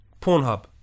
Pornhub